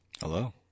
Hello